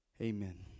Amen